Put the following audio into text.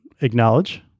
acknowledge